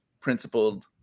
principled